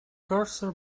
cursor